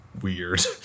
weird